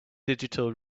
digital